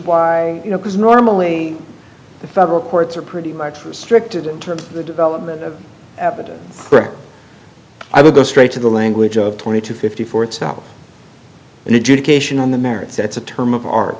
why you know because normally the federal courts are pretty much restricted in terms of the development of evidence i will go straight to the language of twenty two fifty four itself and adjudication on the merits that's a term of ar